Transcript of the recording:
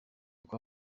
kwa